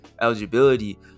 eligibility